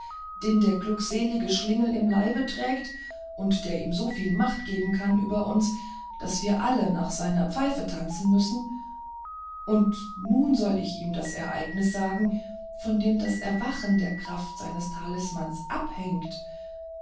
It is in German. den der glückselige schlingel im leibe trägt und der ihm so viel macht geben kann über uns daß wir alle nach seiner pfeife tanzen müssen und nun soll ich ihm das ereignis sagen von dem das erwachen der kraft seines talismans abhängt